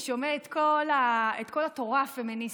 ששומע את כל התורה הפמיניסטית.